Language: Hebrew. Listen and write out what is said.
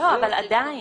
לא, אבל עדיין.